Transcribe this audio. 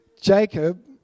Jacob